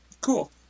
Cool